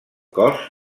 cos